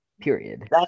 Period